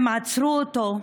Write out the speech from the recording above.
הם עצרו אותו,